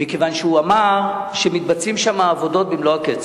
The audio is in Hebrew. מכיוון שהוא אמר שמתבצעות שם עבודות במלוא הקצב.